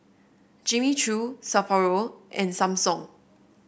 Jimmy Choo Sapporo and Samsung